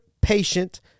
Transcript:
patient